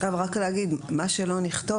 מה שלא נכתוב,